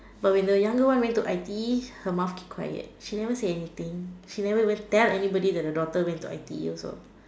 but when the younger one went to I_T_E her mouth keep quiet she never say anything she never even tell anybody that the daughter went to I_T_E also